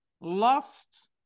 lost